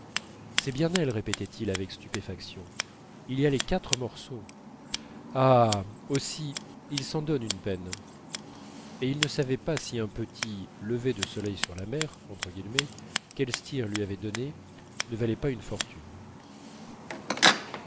c'est bien elle répétait-il avec stupéfaction il y a les quatre morceaux ah aussi il s'en donne une peine et il ne savait pas si un petit lever de soleil sur la mer qu'elstir lui avait donné ne valait pas une fortune